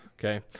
Okay